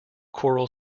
coral